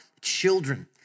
children